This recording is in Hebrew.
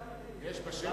יש בשבע ברכות,